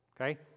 Okay